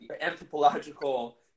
anthropological